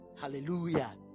Hallelujah